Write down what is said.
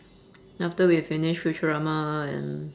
after we finish with drama and